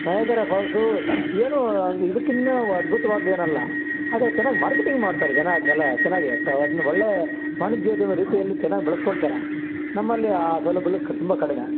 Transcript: Niagara falls ಏನೋ ಇದಕ್ಕಿನ್ನ ಅದ್ಬುತವಾದ್ದೇನಲ್ಲ ಆದರೆ ಚೆನ್ನಾಗ್ ಮಾರ್ಕೆಟಿಂಗ್ ಮಾಡ್ತಾರೆ ಜನ ಅದನ್ನೆಲ್ಲಾ ಚೆನ್ನಾಗಿ ಅದ್ನ ಒಳ್ಳೆ ವಾಣಿಜ್ಯೋದ್ಯಮ ರೀತಿಯಲ್ಲಿ ಚೆನ್ನಾಗ್ ಬಳಸ್ಕೊಳ್ತಾರೆ ನಮ್ಮಲ್ಲಿ ಆ ಸೌಲಭ್ಯಗ್ಳು ಕಡ್ ತುಂಬ ಕಡಿಮೆ